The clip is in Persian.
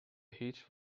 هیچ